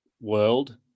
world